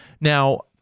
Now